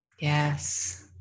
Yes